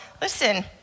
Listen